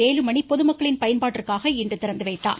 வேலுமணி பொதுமக்களின் பயன்பாட்டிற்காக இன்று திறந்துவைத்தாா்